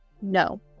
No